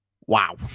Wow